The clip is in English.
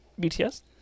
BTS